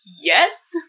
yes